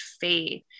faith